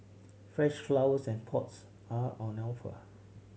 fresh flowers and pots are on the offer